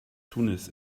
tunis